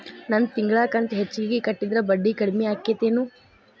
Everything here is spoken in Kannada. ನನ್ ತಿಂಗಳ ಕಂತ ಹೆಚ್ಚಿಗೆ ಕಟ್ಟಿದ್ರ ಬಡ್ಡಿ ಕಡಿಮಿ ಆಕ್ಕೆತೇನು?